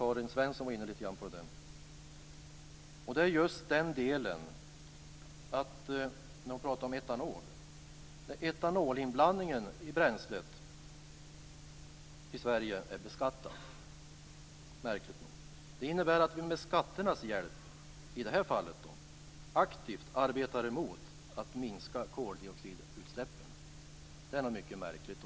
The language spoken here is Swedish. Karin Svensson Smith var inne lite grann på det där. Det gäller just det här med etanol. Etanolinblandningen i bränslet i Sverige är alltså beskattad, märkligt nog. Det innebär att vi med skatternas hjälp i det här fallet aktivt arbetar emot att minska koldioxidutsläppen. Det är något mycket märkligt.